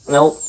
Nope